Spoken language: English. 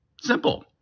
Simple